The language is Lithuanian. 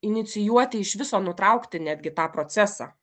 inicijuoti iš viso nutraukti netgi tą procesą